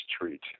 treat